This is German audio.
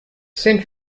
sind